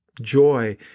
Joy